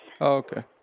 Okay